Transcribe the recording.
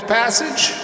passage